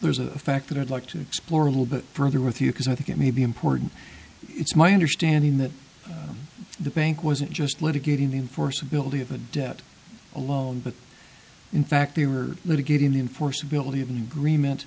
there's a fact that i'd like to explore a little bit further with you because i think it may be important it's my understanding that the bank wasn't just litigating the in force ability of a debt alone but in fact they were litigating the enforceability of an agreement